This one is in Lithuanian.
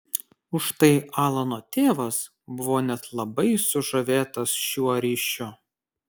užtai alano tėvas buvo net labai sužavėtas šiuo ryšiu